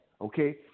Okay